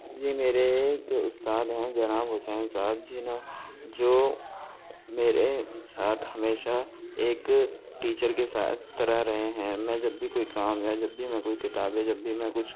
جی میرے ایک استاد ہیں جناب حسین صاحب جناح جو میرے ساتھ ہمیشہ ایک ٹیچر کے ساتھ طرح رہے ہیں میں جب بھی کوئی کام یا جب بھی میں کوئی کتابیں جب بھی میں کچھ